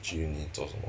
去 uni 做什么